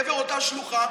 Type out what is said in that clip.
לעבר אותה שלוחה,